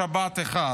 בשבת אחת,